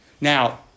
Now